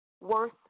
worth